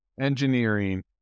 engineering